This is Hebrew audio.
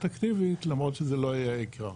אקטיבית למרות שזה לא יהיה עיקר.